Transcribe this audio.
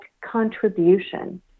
contribution